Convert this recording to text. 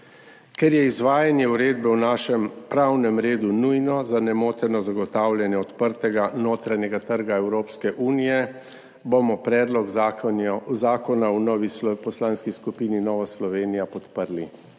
Ker je izvajanje uredbe v našem pravnem redu nujno za nemoteno zagotavljanje odprtega notranjega trga Evropske unije, bomo predlog zakona v Poslanski skupini Nova Slovenija podprli.